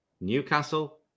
Newcastle